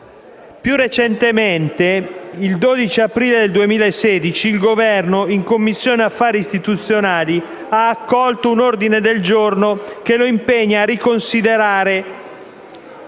Più recentemente, il 12 aprile 2016 il Governo, in Commissione affari costituzionali, ha accolto un ordine del giorno che lo impegna a riconsiderare